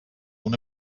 una